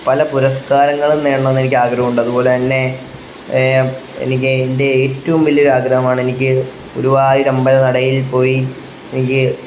പല പുരസ്കാരങ്ങളും നേടണമെന്ന് എനിക്കാഗ്രഹമുണ്ട് അതുപോലെതന്നെ എനിക്ക് എൻ്റെ ഏറ്റവും വലിയൊരാഗ്രഹമാണ് എനിക്ക് ഗുരുവായൂരമ്പല നടയിൽ പോയി എനിക്ക്